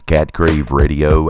CatCraveRadio